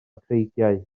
creigiau